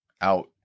Out